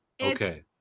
Okay